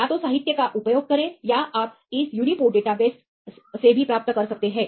या तो साहित्य का उपयोग करें या आप इस यूनिपोर्ट डेटाबेस और इतने से भी प्राप्त कर सकते हैं